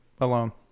alone